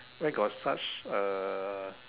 where got such uh